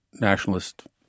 nationalist